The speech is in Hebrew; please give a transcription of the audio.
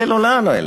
כאילו, לאן הוא ילך?